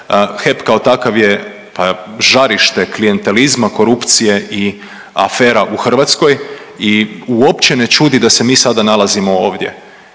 HEP kao takav je, pa žarište klijentelizma, korupcije i afera u Hrvatskoj i uopće ne čudi da se mi sada nalazimo ovdje